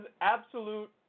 absolute